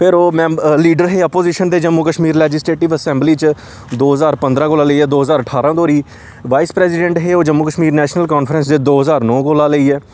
फिर मैंब ओह् लीडर हे आपोजिशन दे जम्मू कश्मीर लैजिसलेटिव असैंबली च दो ज्हार पंदरां कोला लेइयै दो ज्हार ठारां धोड़ी वाईस प्रसिडेंट हे ओह् जम्मू कश्मीर नेशनल कांफ्रेंस च दे दो ज्हार नौ कोला लेइयै